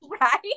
Right